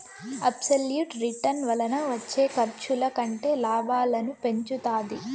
absolute return వలన వచ్చే ఖర్చుల కంటే లాభాలను పెంచుతాది